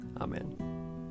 amen